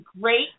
great